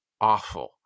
awful